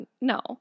no